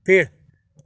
पेड़